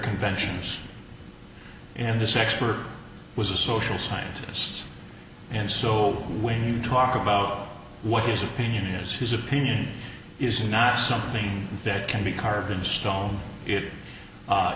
conventions and this expert was a social scientist and so when you talk about what his opinion is his opinion is not something that can be carved in stone it